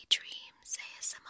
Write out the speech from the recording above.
Dreams